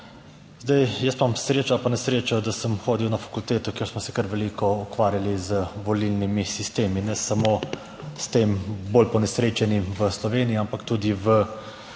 Zdaj, jaz imam srečo ali pa nesrečo, da sem hodil na fakulteto, kjer smo se kar veliko ukvarjali z volilnimi sistemi. Ne samo s tem bolj ponesrečenim v Sloveniji, ampak tudi v tujini.